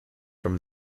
from